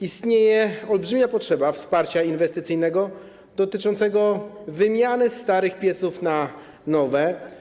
Istnieje olbrzymia potrzeba wsparcia inwestycyjnego, jeśli chodzi o wymianę starych pieców na nowe.